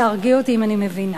תהרגי אותי אם אני מבינה.